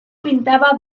pintaba